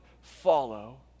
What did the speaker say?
follow